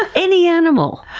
ah any animal!